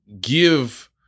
give